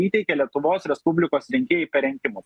įteikė lietuvos respublikos rinkėjai per rinkimus